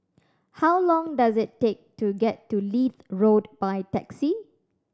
how long does it take to get to Leith Road by taxi